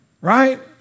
Right